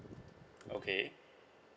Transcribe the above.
okay